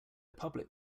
public